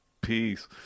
Peace